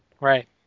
Right